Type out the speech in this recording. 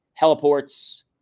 heliports